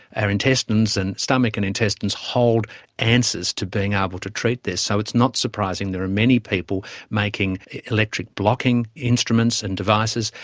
our intestines and stomach and intestines hold answers to being able to treat this. so it's not surprising there are many people making electric blocking instruments and devices,